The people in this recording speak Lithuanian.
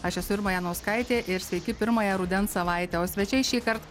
aš esu irma janauskaitė ir sveiki pirmąją rudens savaitę o svečiai šįkart